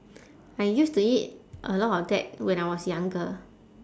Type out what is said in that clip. I used to eat a lot of that when I was younger